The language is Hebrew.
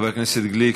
חבר הכנסת גליק,